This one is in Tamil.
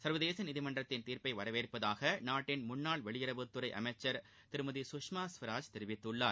சர்வதேச நீதிமன்றத்தின் தீர்ப்பை வரவேற்பதாக நாட்டின் முன்னாள் வெளியுறவுத்துறை அமைச்சர் திருமதி சுஷ்மா ஸ்வராஜ் தெரிவித்துள்ளார்